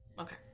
okay